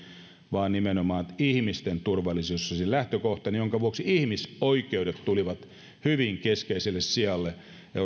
vaan nimenomaan ihmisten turvallisuus on se lähtökohta jonka vuoksi ihmisoikeudet tulivat hyvin keskeiselle sijalle